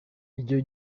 icyo